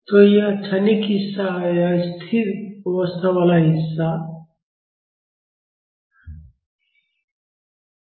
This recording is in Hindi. तो यह क्षणिक हिस्सा है और यह स्थिर अवस्था वाला हिस्सा है